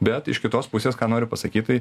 bet iš kitos pusės ką noriu pasakyt tai